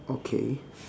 okay